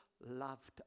loved